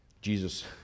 Jesus